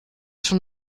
schon